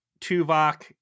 Tuvok